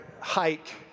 hike